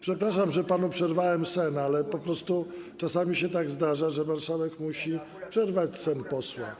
Przepraszam, że panu przerwałem sen, ale po prostu czasami się tak zdarza, że marszałek musi przerwać sen posła.